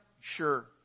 Sure